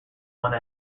one